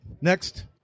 Next